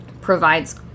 provides